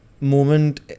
moment